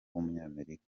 w’umunyamerika